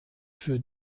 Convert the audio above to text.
für